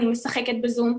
אני משחקת בזום,